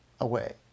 away